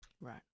Right